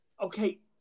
Okay